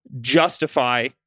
justify